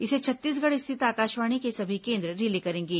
इसे छत्तीसगढ़ स्थित आकाशवाणी के सभी केंद्र रिले करेंगे